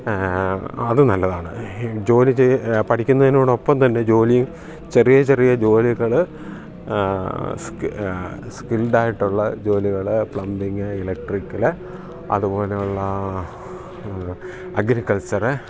അത് നല്ലതാണ് ജോലി പഠിക്കുന്നതിനോടൊപ്പം തന്നെ ജോലിയും ചെറിയ ചെറിയ ജോലികൾ സ്കിൽഡ് ആയിട്ടുള്ള ജോലികൾ പ്ലംബിംഗ് ഇലക്ട്രിക്കല് അതുപോലെയുള്ള അഗ്രിക്കൾച്ചറ്